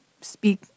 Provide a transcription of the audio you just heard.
speak